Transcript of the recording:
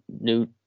new